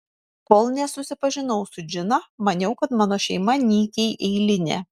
kol nesusipažinau su džina maniau kad mano šeima nykiai eilinė